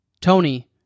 Tony